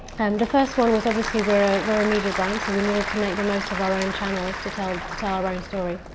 and the first one was obviously, we're ah we're a media brand so we needed to make the most of our own channels. to tell, to tell our own story.